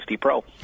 pro